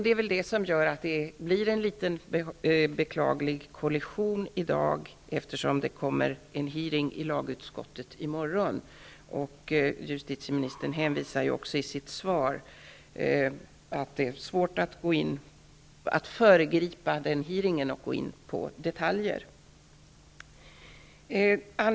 Det är väl detta som gör att det blir en liten beklaglig kollision i dag, eftersom det skall äga rum en hearing i lagutskottet i morgon. Justitieministern säger ju också i sitt svar att det är svårt att föregripa hearingen och gå in på detaljer.